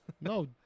no